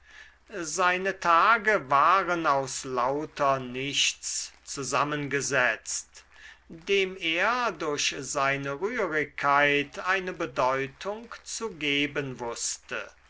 seine tage waren aus lauter nichts zusammengesetzt dem er durch seine rührigkeit eine bedeutung zu geben wußte